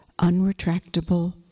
unretractable